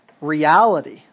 reality